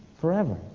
forever